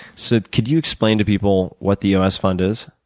so, could you explain to people what the os fund is?